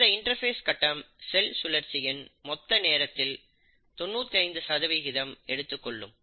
இந்த இன்டர்பேஸ் கட்டம் செல் சுழற்சியின் மொத்த நேரத்தில் 95 எடுத்துக் கொள்ளும்